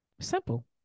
Simple